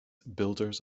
builders